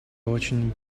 очень